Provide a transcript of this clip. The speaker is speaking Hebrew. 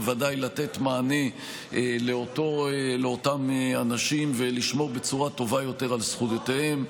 בוודאי לתת מענה לאותם אנשים ולשמור בצורה טובה יותר על זכויותיהם.